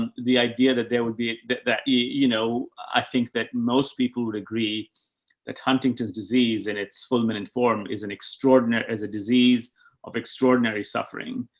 and the idea that there would be that, you know, i think that most people would agree that huntington's disease and its fulminant form is an extraordinary, as a disease of extraordinary suffering,